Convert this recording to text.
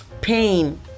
Pain